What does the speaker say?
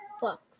books